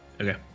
Okay